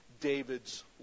David's